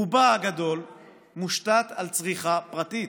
רובה הגדול מושתת על צריכה פרטית,